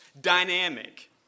Dynamic